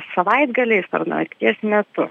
savaitgaliais ar nakties metu